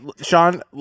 Sean